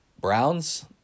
Browns